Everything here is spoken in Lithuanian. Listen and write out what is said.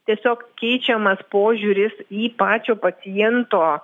tiesiog keičiamas požiūris į pačio paciento